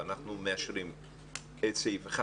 אנחנו מאשרים את סעיפים 1,